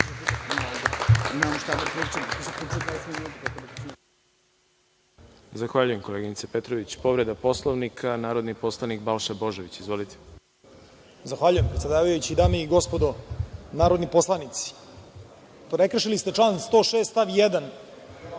Zahvaljujem, koleginice Petrović. Povreda Poslovnika, narodni poslanik Balša Božović. Izvolite. **Balša Božović** Zahvaljujem predsedavajući. Dame i gospodo narodni poslanici, prekršili ste član 106. stav 1.